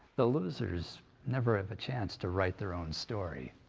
the losers never have a chance to write their own story.